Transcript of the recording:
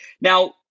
Now